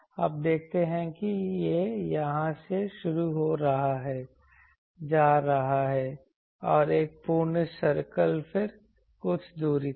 आप देखते हैं कि यह यहां से शुरू हो रहा है जा रहा है और एक पूर्ण सर्कल फिर कुछ दूरी तक